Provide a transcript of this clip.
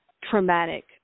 traumatic